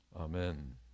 amen